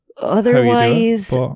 Otherwise